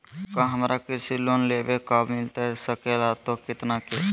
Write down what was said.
क्या हमारा कृषि लोन लेवे का बा मिलता सके ला तो कितना के?